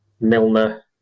Milner